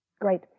Great